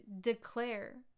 declare